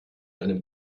einem